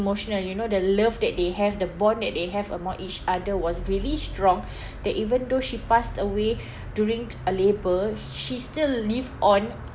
emotional you know the love that they have the bond that they have among each other was really strong that even though she passed away during uh labour she still live on